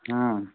ह्म्म